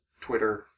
Twitter